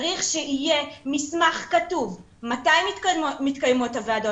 צריך שיהיה מסמך כתוב מתי מתקיימות הוועדות.